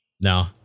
No